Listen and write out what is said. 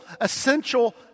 essential